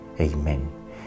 Amen